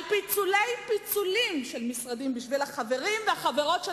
על פיצולי-פיצולים של משרדים בשביל החברים והחברות שלכם?